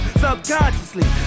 subconsciously